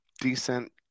decent